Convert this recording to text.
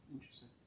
Interesting